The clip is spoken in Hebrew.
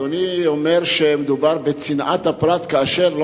אדוני אומר שמדובר בצנעת הפרט כאשר לא